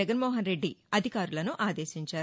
జగన్మోహన్ రెద్ది అధికారులను ఆదేశించారు